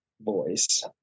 voice